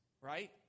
right